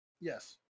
Yes